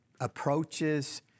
approaches